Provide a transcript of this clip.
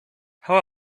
how